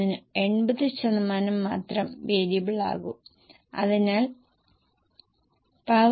അതിനാൽ ഞങ്ങൾ 90 ശതമാനം കൊണ്ട് ഗുണിച്ചു അത് 858